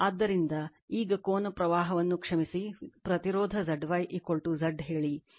ಆದ್ದರಿಂದ ಈಗ ಕೋನ ಪ್ರವಾಹವನ್ನು ಕ್ಷಮಿಸಿ ಪ್ರತಿರೋಧ Z y Z ಹೇಳಿ